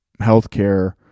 healthcare